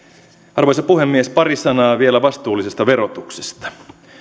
arvoisa puhemies pari sanaa vielä vastuullisesta verotuksesta